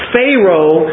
Pharaoh